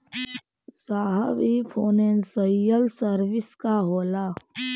साहब इ financial service का होला?